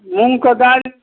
मूँगके दालि